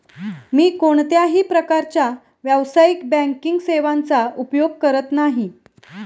मी कोणत्याही प्रकारच्या व्यावसायिक बँकिंग सेवांचा उपयोग करत नाही